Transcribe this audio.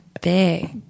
big